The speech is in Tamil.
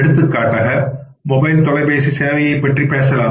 எடுத்துக்காட்டாக மொபைல் தொலைபேசி சேவையைப் பற்றி பேசலாம்